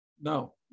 No